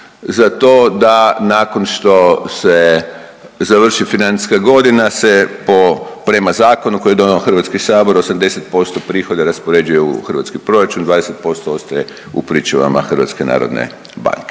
za to da nakon što se završi financijska godina se po prema zakonu koji je donio Hrvatski sabor 80% prihoda raspoređuje u hrvatski proračun, 20% ostaje u pričuvama HNB-a. Znači nema,